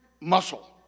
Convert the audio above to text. muscle